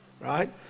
right